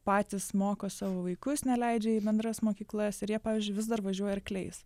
patys moko savo vaikus neleidžia į bendras mokyklas ir jie pavyzdžiui vis dar važiuoja arkliais